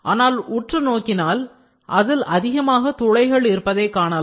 ஆனால் உற்று நோக்கினால் அதில் அதிகமாக துளைகள் இருப்பதை காணலாம்